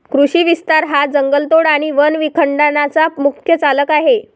कृषी विस्तार हा जंगलतोड आणि वन विखंडनाचा मुख्य चालक आहे